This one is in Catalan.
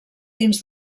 dins